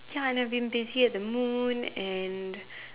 ya and I've been busy at the moon and